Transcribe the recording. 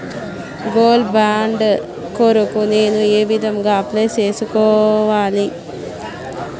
Gold bond కొరకు నేను ఏ విధంగా అప్లై సేసుకోవాలి?